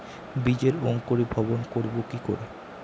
বীজের অঙ্কোরি ভবন করব কিকরে?